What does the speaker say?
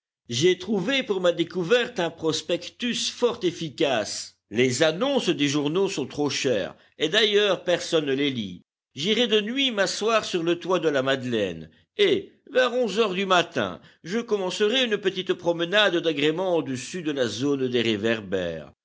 j'ai trouvé pour ma découverte un prospectus fort efficace les annonces des journaux sont trop chères et d'ailleurs personne ne les lit j'irai de nuit m'asseoir sur le toit de la madeleine et vers onze heures du matin je commencerai une petite promenade d'agrément au-dessus de la zone des réverbères